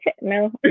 No